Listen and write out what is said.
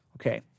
okay